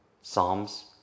Psalms